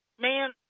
man